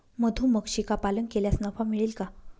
मधुमक्षिका पालन केल्यास नफा मिळेल का?